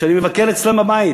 ואני מבקר אצלם בבית